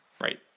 Right